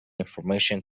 information